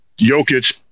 Jokic